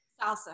Salsa